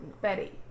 Betty